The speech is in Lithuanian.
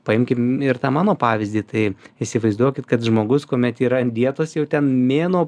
paimkim ir tą mano pavyzdį tai įsivaizduokit kad žmogus kuomet yra ant dietos jau ten mėnuo